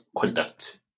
conduct